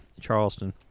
Charleston